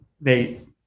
Nate